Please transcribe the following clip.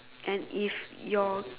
and if your